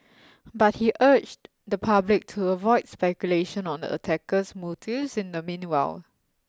but he urged the public to avoid speculation on the attacker's motives in the meanwhile